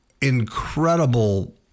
incredible